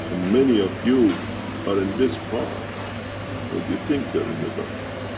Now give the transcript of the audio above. many of you are in this part but you think you're in the donkey.